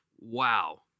Wow